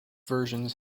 versions